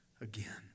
again